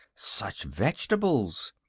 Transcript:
such vegetables!